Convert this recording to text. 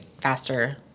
faster